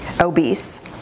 obese